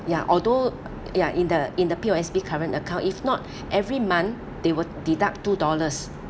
ya although ya in the in the P_O_S_B current account if not every month they will deduct two dollars